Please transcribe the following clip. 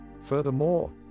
Furthermore